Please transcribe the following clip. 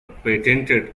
patented